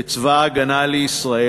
בצבא הגנה לישראל,